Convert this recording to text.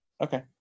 Okay